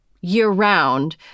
year-round